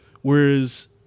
Whereas